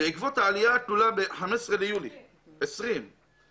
"בעקבות העלייה הגדולה ב-15 ביולי שבה